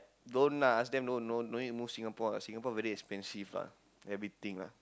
don't uh ask them don't don't don't need move Singapore lah Singapore very expensive ah everything lah